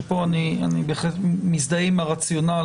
שפה אני בהחלט מזדהה עם הרציונל.